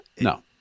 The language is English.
No